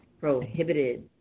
prohibited